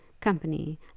company